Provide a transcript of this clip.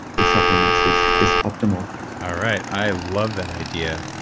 with supplements is is optimal all right. i love that idea.